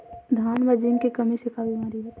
धान म जिंक के कमी से का बीमारी होथे?